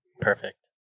Perfect